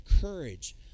courage